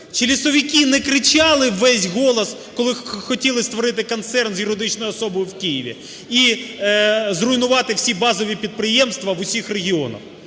Чи лісовики не кричали у весь голос, коли хотіли створити концерн з юридичною особою в Києві і зруйнувати всі базові підприємства в усіх регіонах?